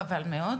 חבל מאוד.